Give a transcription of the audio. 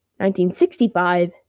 1965